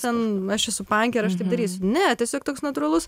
ten aš esu pankė ir aš tai darysiu ne tiesiog toks natūralus